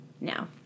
now